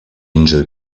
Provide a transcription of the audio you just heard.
angel